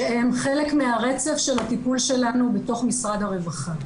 שהם חלק מהרצף של הטיפול שלנו בתוך משרד הרווחה.